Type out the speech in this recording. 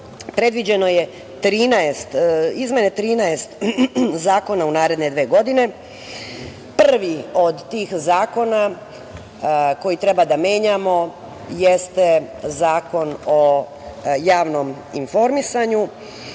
predviđeno je 13 izmena zakona u naredne dve godine. Prvi od tih zakona koji treba da menjamo jeste Zakon o javnom informisanju.